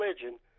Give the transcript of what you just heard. religion